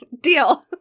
Deal